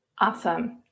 Awesome